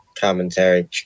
commentary